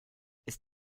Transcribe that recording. ist